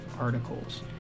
articles